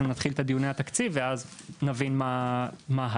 נתחיל את דיוני התקציב ואז נבין מה הלאה.